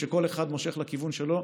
כשכל אחד מושך לכיוון שלו.